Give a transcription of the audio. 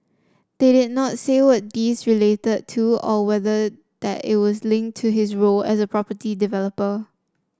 they did not say what these related to or whether that was linked to his role as a property developer